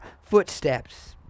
footsteps